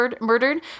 murdered